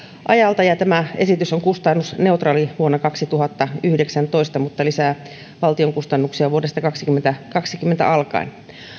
ajalta tämä esitys on kustannusneutraali vuonna kaksituhattayhdeksäntoista mutta lisää valtion kustannuksia vuodesta kaksituhattakaksikymmentä alkaen